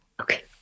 Okay